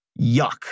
Yuck